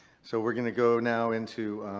so we're going to go now into